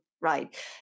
right